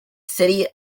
city